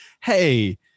hey